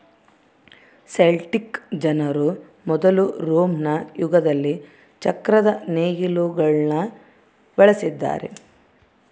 Celtic ಜನರು ಮೊದಲು Roman ಯುಗದಲ್ಲಿ ಚಕ್ರದ ನೇಗಿಲುಗುಳ್ನ ಬಳಸಿದ್ದಾರೆ